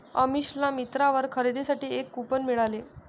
अमिषाला मिंत्रावर खरेदीसाठी एक कूपन मिळाले